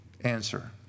answer